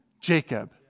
Jacob